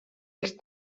els